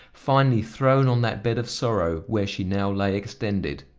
finally thrown on that bed of sorrow, where she now lay extended,